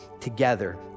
together